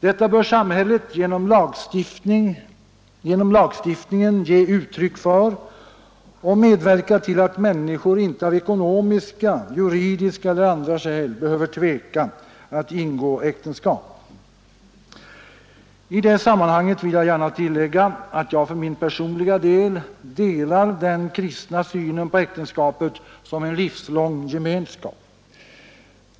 Detta bör samhället genom lagstiftningen ge utttryck för och medverka till, så att människor inte av ekonomiska, juridiska eller andra skäl behöver tveka att ingå äktenskap. I det sammanhanget vill jag gärna tillägga att jag för min personliga del delar den kristna synen på äktenskapet som en livslång gemenskap.